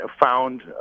found